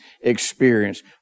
experience